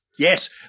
Yes